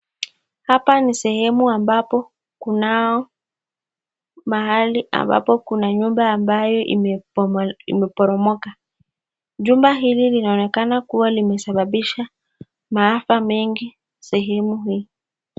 Hapa ni sehemu ambapo kunao mahali ambapo kuna nyumba ambayo imeporomoka. Jumba hili linaonekana kuwa limesababisha maafa mengi sehemu hii.